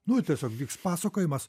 nu tiesiog vyks pasakojimas